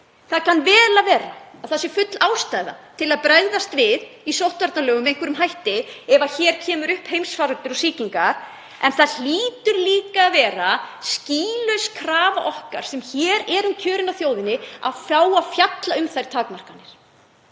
Það kann vel að vera að það sé full ástæða til að bregðast við í sóttvarnalögum með einhverjum hætti ef hér kemur upp heimsfaraldur og sýkingar. En það hlýtur líka að vera skýlaus krafa okkar sem hér erum kjörin af þjóðinni að fá að fjalla um þær takmarkanir